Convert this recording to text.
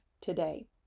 today